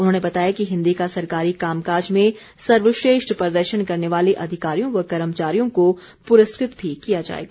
उन्होंने बताया कि हिंदी का सरकारी कामकाज में सर्वश्रेष्ठ प्रदर्शन करने वाले अधिकारियों व कर्मचारियों को पुरस्कृत भी किया जाएगा